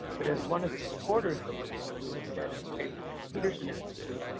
but as one of the supporters of what she's doing said in a paper from the peterson institute,